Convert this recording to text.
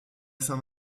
saint